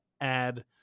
add